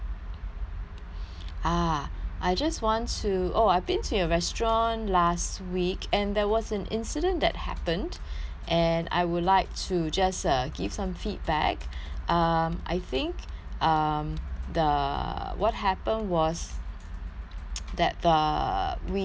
ah I just want to oh I've been to your restaurant last week and there was an incident that happened and I would like to just uh give some feedback um I think um the what happened was that the we what happened